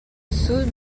sud